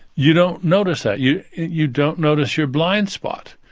you don't notice that, you you don't notice your blind spot.